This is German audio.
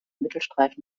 mittelstreifen